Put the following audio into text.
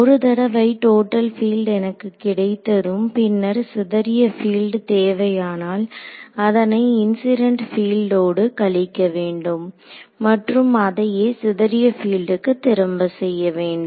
ஒரு தடவை total field எனக்கு கிடைத்ததும் பின்னர் சிதறிய பீல்ட் தேவையானால் அதனை இன்சிடென்ட் பீல்டோடு கழிக்கவேண்டும் மற்றும் அதையே சிதறிய பீல்டுக்கு திரும்ப செய்ய வேண்டும்